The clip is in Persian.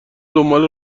دنبال